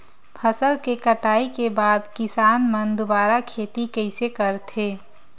फसल के कटाई के बाद किसान मन दुबारा खेती कइसे करथे?